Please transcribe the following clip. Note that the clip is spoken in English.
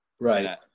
Right